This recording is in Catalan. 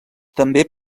també